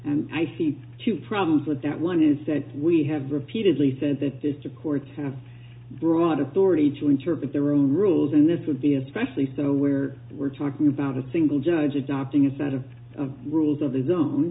think two problems with that one is that we have repeatedly said that this the courts have broad authority to interpret their own rules and this would be especially so where we're talking about a single judge adopting a set of rules of the